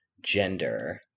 gender